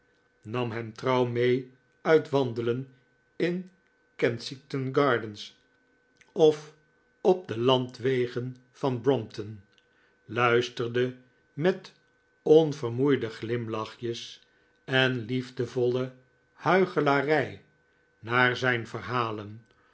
nam hem trouw mee uit wandelen in kensington gardens of op de landwegen van brompton luisterde met onvermoeide glimlachjes en liefdevolle huichelarij naar zijn verhalen